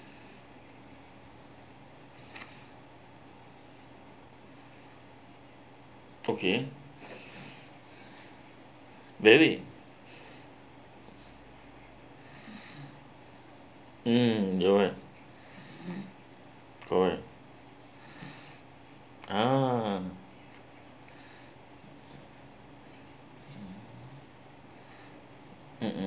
okay really mm you're right alright ah mmhmm